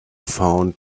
found